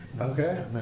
Okay